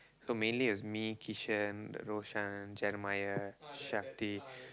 so mainly is me Kishan Roshan Jeremiah Shakti